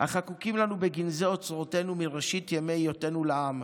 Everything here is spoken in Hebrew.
החקוקים לנו בגנזי אוצרותינו מראשית ימי היותנו לעם,